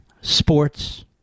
sports